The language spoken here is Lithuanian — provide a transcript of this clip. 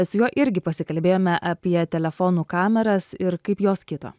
su juo irgi pasikalbėjome apie telefonų kameras ir kaip jos kito